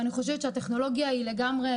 אני חושבת שהטכנולוגיה היא לגמרי